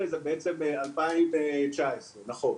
נכון.